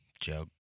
joke